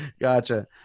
Gotcha